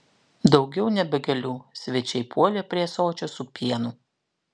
daugiau nebegaliu svečiai puolė prie ąsočio su pienu